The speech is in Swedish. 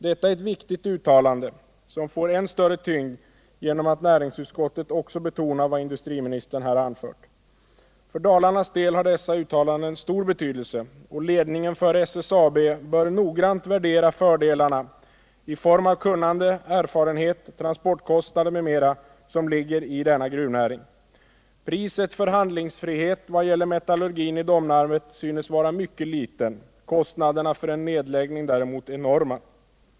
Detta är ett viktigt uttalande som får än större tyngd genom att näringsutskottet också betonar vad industriministern här anfört. För Dalarnas del har dessa uttalanden stor betydelse, och ledningen för SSAB bör noggrant värdera fördelarna i form av kunnande, erfarenhet, transportkostnader m.m. som ligger i denna gruvnäring. Priset för handlingsfrihet vad gäller metallurgin i Domnarvet synes vara mycket liten, kostnaderna för en nedläggning däremot enorma.